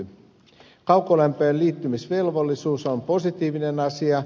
velvollisuus liittyä kaukolämpöön on positiivinen asia